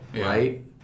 right